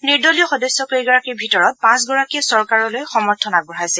নিৰ্দলীয় সদস্যকেইগৰাকীৰ ভিতৰত পাঁচগৰাকীয়ে চৰকাৰলৈ সমৰ্থন আগবঢ়াইছে